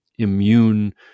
Immune